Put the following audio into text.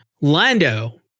Lando